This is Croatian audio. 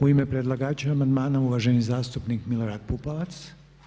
U ime predlagača amandmana uvaženi zastupnik Milorad Pupovac.